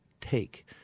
take